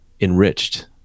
enriched